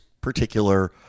particular